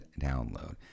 download